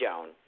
Joan